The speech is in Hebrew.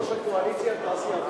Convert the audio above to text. סעיף 1, כהצעת הוועדה,